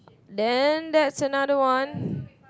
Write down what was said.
then that's another one